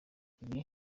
ibi